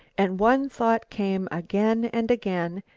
and one thought came again and again,